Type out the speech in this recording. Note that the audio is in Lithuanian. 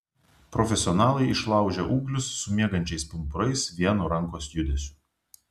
profesionalai išlaužia ūglius su miegančiais pumpurais vienu rankos judesiu